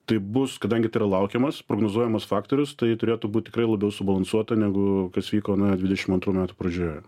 taip bus kadangi tai yra laukiamas prognozuojamas faktorius tai turėtų būt tikrai labiau subalansuota negu kas vyko na dvidešimt antrų metų pradžioje